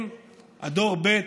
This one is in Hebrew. הם דור ב'